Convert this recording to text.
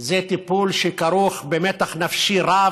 זה טיפול שכרוך במתח נפשי רב,